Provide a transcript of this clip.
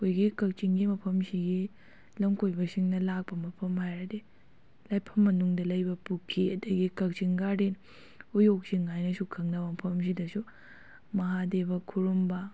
ꯑꯩꯈꯣꯏꯒꯤ ꯀꯛꯆꯤꯡꯒꯤ ꯃꯐꯝꯁꯤꯒꯤ ꯂꯝ ꯀꯣꯏꯕꯁꯤꯡꯅ ꯂꯥꯛꯄ ꯃꯐꯝ ꯍꯥꯏꯔꯗꯤ ꯂꯥꯏꯐꯝ ꯃꯅꯨꯡꯗ ꯂꯩꯕ ꯄꯨꯈ꯭ꯔꯤ ꯑꯗꯨꯗꯒꯤ ꯀꯛꯆꯤꯡ ꯒꯥꯔꯗꯦꯟ ꯎꯌꯣꯛ ꯆꯤꯡ ꯍꯥꯏꯅꯁꯨ ꯈꯪꯅꯕ ꯃꯐꯝꯗꯨꯗꯁꯨ ꯃꯍꯥꯗꯦꯕ ꯈꯨꯔꯨꯝꯕ